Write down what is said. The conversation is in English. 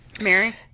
Mary